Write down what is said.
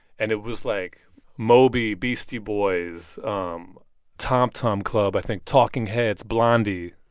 and it was like moby, beastie boys, um tom tom club, i think talking heads, blondie.